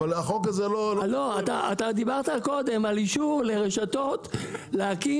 אתה דיברת קודם על אישור לרשתות להקים